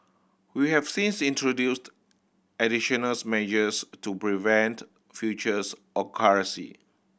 we have since introduced additional's measures to prevent futures occurrence